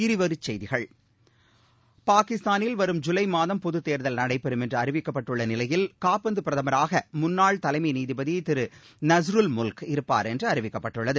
இருவரி செய்திகள் பாகிஸ்தானில் வரும் ஜூலை மாதம் பொதுத்தேர்தல் நடைபெறும் என்று அறிவிக்கப்பட்டுள்ள நிலையில் காபந்து பிரதமராக முன்னாள் தலைமை நீதிபதி திரு நசிருல் முல்க் இருப்பாா் என்று அறிவிக்கப்பட்டுள்ளது